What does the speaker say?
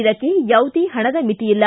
ಇದಕ್ಕೆ ಯಾವುದೇ ಪಣದ ಮಿತಿ ಇಲ್ಲ